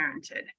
parented